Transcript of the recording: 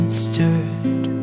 stirred